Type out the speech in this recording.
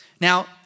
Now